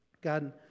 God